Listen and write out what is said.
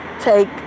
take